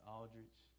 Aldrich